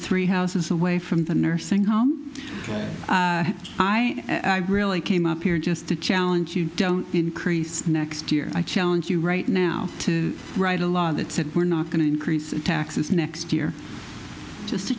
three houses away from the nursing home i really came up here just to challenge you don't increase next year i challenge you right now to write a law that said we're not going to increase in taxes next year just